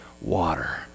water